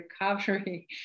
recovery